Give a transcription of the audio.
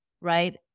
right